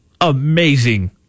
amazing